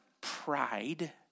pride